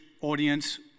Audience